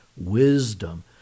wisdom